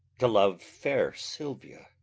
to love fair silvia,